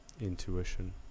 Intuition